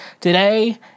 today